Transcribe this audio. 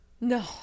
No